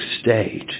state